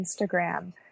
Instagram